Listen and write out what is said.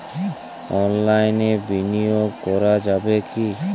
অনলাইনে বিনিয়োগ করা যাবে কি?